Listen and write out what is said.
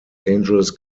angeles